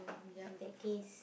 in that case